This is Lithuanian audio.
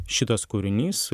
šitas kūrinys